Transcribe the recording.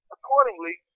Accordingly